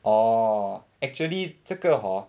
orh actually 这个 hor